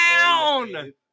down